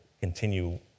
continue